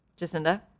Jacinda